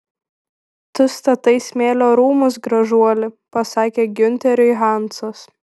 tu statai smėlio rūmus gražuoli pasakė giunteriui hansas